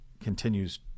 continues